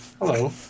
Hello